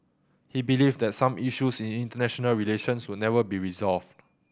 he believed that some issues in international relations would never be resolved